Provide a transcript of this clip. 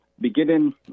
beginning